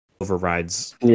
overrides